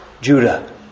Judah